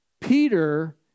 Peter